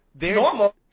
Normal